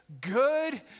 good